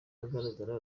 ahagaragara